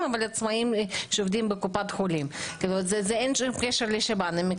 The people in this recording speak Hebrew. אבל אתם מבינים שזה יגרום למי שאין לו שב"ן,